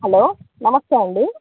hello నమస్తే అండీ